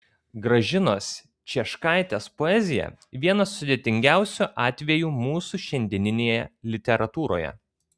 gražinos cieškaitės poezija vienas sudėtingiausių atvejų mūsų šiandieninėje literatūroje